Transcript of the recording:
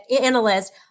analyst